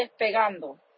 despegando